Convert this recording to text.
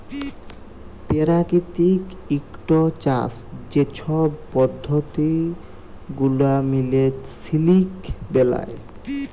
পেরাকিতিক ইকট চাষ যে ছব পদ্ধতি গুলা মিলে সিলিক বেলায়